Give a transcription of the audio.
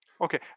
Okay